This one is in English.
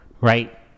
Right